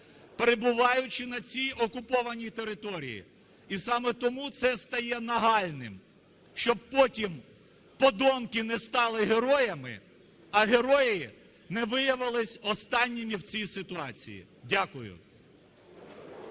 перебуваючи на цій окупованій території. І саме тому це стає нагальним, щоб потім подонки не стали героями, а герої не виявилися останніми в цій ситуації. Дякую.